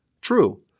true